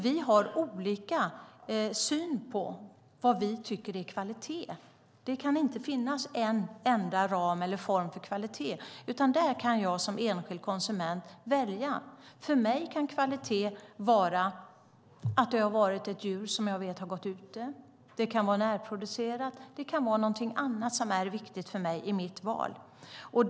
Vi har olika syn på vad vi tycker är kvalitet. Det kan inte finnas en enda ram eller form för kvalitet, utan här kan jag som enskild konsument välja. För mig kan kvalitet vara att det är ett djur som har gått ute eller att maten är närproducerad. Det kan också vara något annat som är viktigt för mig i mitt val.